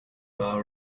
bar